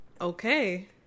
Okay